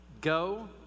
Go